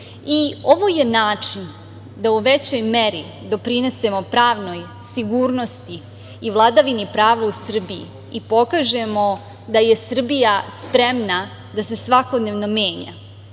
Ovo je način da u većoj meri doprinesemo pravnoj sigurnosti i vladavini prava u Srbiji i pokažemo da je Srbija spremna da se svakodnevno menja,